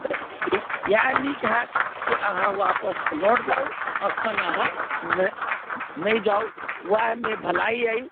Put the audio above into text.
तऽ इएह नीक होएत अहाँ वापस लौट जाउ अखन अहाँ नहि जाउ ओएहमे भलाइ अछि